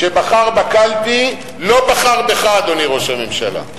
כשבחר בקלפי, לא בחר בך, אדוני ראש הממשלה.